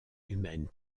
humaine